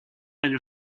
eine